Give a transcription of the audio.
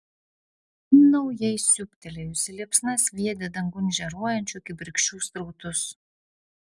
naujai siūbtelėjusi liepsna sviedė dangun žėruojančių kibirkščių srautus